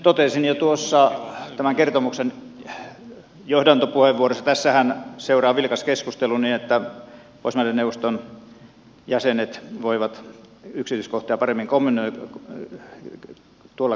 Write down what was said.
totesin jo tämän kertomuksen johdantopuheenvuorossa tässähän seuraa vilkas keskustelu niin että pohjoismaiden neuvoston jäsenet voivat yksityiskohtia paremmin komennettu kun tuolla